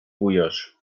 bujasz